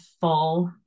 full